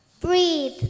Breathe